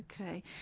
Okay